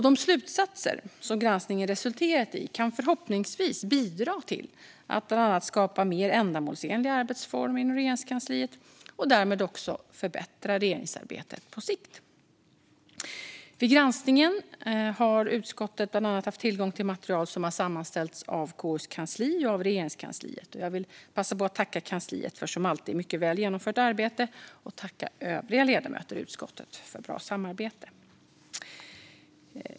De slutsatser som granskningen resulterat i kan förhoppningsvis bidra till att bland annat skapa mer ändamålsenliga arbetsformer inom Regeringskansliet och därmed också förbättra regeringsarbetet på sikt. Vid granskningen har utskottet bland annat haft tillgång till material som har sammanställts av KU:s kansli och av Regeringskansliet. Jag vill passa på att tacka kansliet för som alltid mycket väl genomfört arbete och tacka övriga ledamöter i utskottet för bra samarbete.